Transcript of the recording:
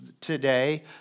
today